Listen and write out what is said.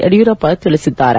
ಯಡಿಯೂರಪ್ಪ ತಿಳಿಸಿದ್ದಾರೆ